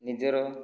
ନିଜର